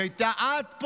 היא הייתה, אני לא.